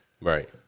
Right